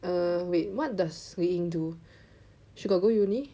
err wait what does Wei Ying do she got go uni